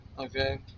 Okay